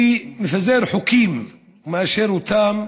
ומפזר חוקים ומאשר אותם